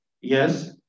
Yes